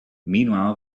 meanwhile